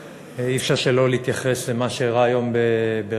אי-אפשר שלא להתייחס למה שאירע היום בבאר-שבע.